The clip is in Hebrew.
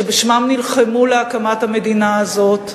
שבשמם נלחמו להקמת המדינה הזאת,